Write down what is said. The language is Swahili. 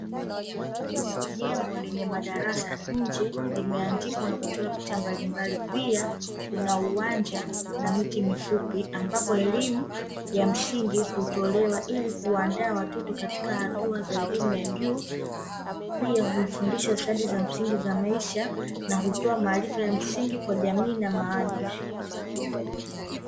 Jengo lenye madarasa nje limeandikwa na kuchorwa picha mbalimbali pia kuna uwanja na miti mifupi ambapo elimu ya msingi hutolewa ili kuandaa watoto katika hatua za elimu ya juu, pia humfundisha stadi msingi za maisha na hutoa maarifa ya msingi kwa jamii na maadili.